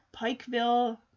Pikeville